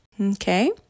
Okay